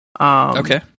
Okay